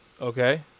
okay